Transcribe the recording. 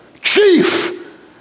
chief